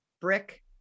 brick